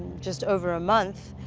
just over a month,